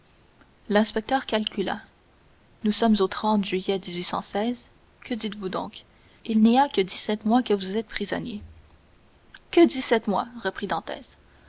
l'inspecteur calcula nous sommes au juillet que dites-vous donc il n'y a que dix-sept mois que vous êtes prisonnier que dix-sept mois reprit dantès